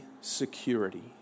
security